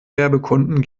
werbekunden